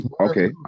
okay